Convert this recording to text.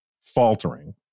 faltering